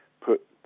put